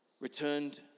returned